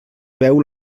veu